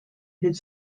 his